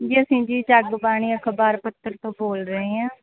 ਜੀ ਅਸੀਂ ਜੀ ਜਗ ਬਾਣੀ ਅਖ਼ਬਾਰ ਪੱਤਰ ਤੋਂ ਬੋਲ ਰਹੇ ਹਾਂ